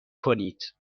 کنید